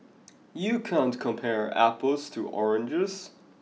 you can't compare apples to oranges